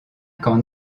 qu’en